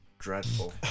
dreadful